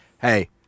hey